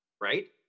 right